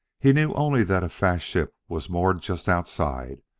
he knew only that a fast ship was moored just outside.